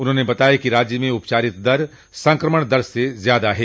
उन्होंने बताया कि राज्य में उपचारित दर संक्रमण दर से ज्यादा है